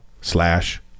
slash